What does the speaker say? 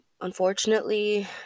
unfortunately